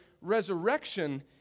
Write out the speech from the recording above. resurrection